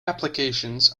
applications